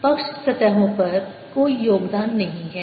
पक्ष सतहों पर कोई योगदान नहीं है